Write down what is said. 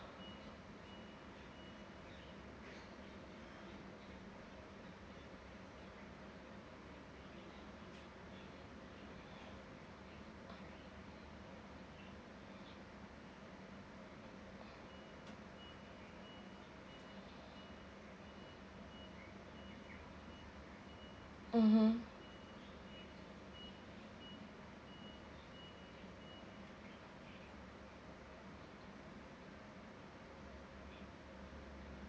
mmhmm